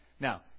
Now